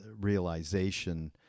realization